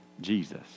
Jesus